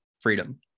freedom